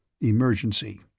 Emergency